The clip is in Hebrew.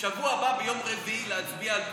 בשבוע הבא ביום רביעי להצביע על פיזור,